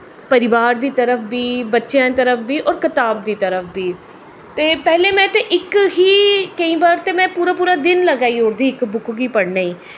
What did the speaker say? परिवार दी तरफ बी बच्चेंआ दी तरफ बी होर कताब दी तरफ बी ते पैह्लें में ते इक ही केईं बार ते में पूरा पूरा दिन लगाई ओड़दी ही इक बुक गी पढ़ने गी